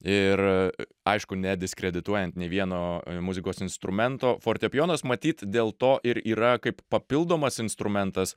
ir aišku nediskredituojant nei vieno muzikos instrumento fortepijonas matyt dėl to ir yra kaip papildomas instrumentas